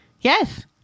Yes